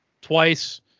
twice